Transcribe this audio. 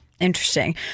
interesting